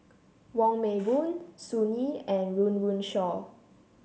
Wong Meng Voon Sun Yee and Run Run Shaw